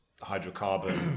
hydrocarbon